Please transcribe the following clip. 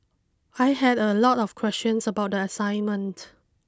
I had a lot of questions about the assignment